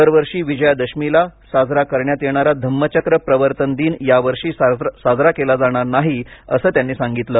दरवर्षी विजयादशमीला साजरा करण्यात येणारा धम्मचक्र प्रवर्तन दिन या वर्षी साजरा केला जाणार नाही असं त्यांनी सांगितलं